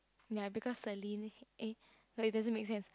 ya because Celine eh wait it doesn't make sense